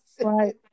Right